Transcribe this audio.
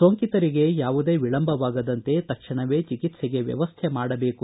ಸೋಂಕಿತರಿಗೆ ಯಾವುದೇ ವಿಳಂಬವಾಗದಂತೆ ತಕ್ಷಣವೇ ಚಿಕಿತ್ಸೆಗೆ ವ್ಯವಸ್ಥೆ ಮಾಡಬೇಕು